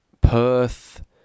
Perth